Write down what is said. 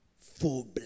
full